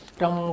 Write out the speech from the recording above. trong